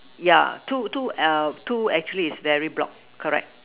yeah two two err two actually is very block correct